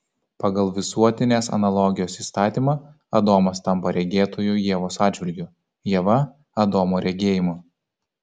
pagal visuotinės analogijos įstatymą adomas tampa regėtoju ievos atžvilgiu ieva adomo regėjimu